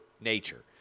nature